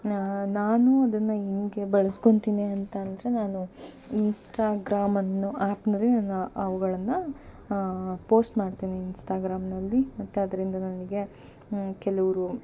ನಾನು ಅದನ್ನು ಹೆಂಗೆ ಬಳಸ್ಕೋತೀನಿ ಅಂತಂದರೆ ನಾನು ಇನ್ಸ್ಟಾಗ್ರಾಮ್ ಅನ್ನೋ ಆ್ಯಪಿನಲ್ಲಿ ನಾನು ಅವುಗಳನ್ನು ಪೋಸ್ಟ್ ಮಾಡ್ತೀನಿ ಇನ್ಸ್ಟಾಗ್ರಾಮಿನಲ್ಲಿ ಮತ್ತೆ ಅದರಿಂದ ನನಗೆ ಕೆಲವರು